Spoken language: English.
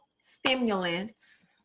stimulants